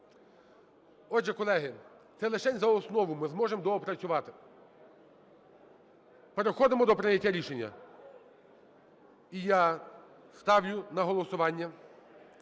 Отже, колеги, це лишень за основу. Ми зможемо доопрацювати. Переходимо до прийняття рішення. І я ставлю на голосування